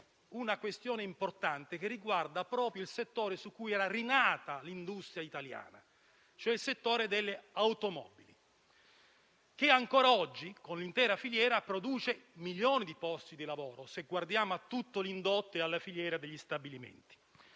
una questione importante, che riguarda proprio il settore su cui era rinata l'industria italiana, cioè il settore delle automobili, che ancora oggi, con l'intera filiera, produce milioni di posti di lavoro, se guardiamo a tutto l'indotto e alla filiera degli stabilimenti.